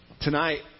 Tonight